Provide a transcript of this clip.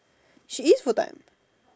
she is full time